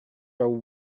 are